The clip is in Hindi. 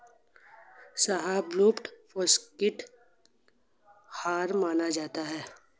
शाहबलूत पौस्टिक आहार माना जाता है